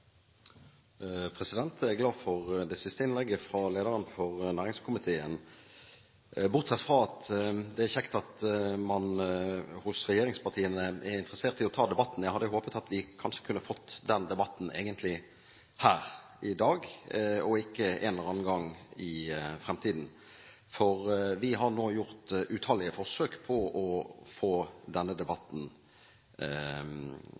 glad for det siste innlegget fra lederen for næringskomiteen. Bortsett fra at det er kjekt at man i regjeringspartiene er interessert i å ta debatten, hadde jeg egentlig håpet at vi kanskje kunne fått den debatten her i dag, og ikke en eller annen gang i fremtiden, for vi har nå gjort utallige forsøk på å få denne